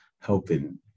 helping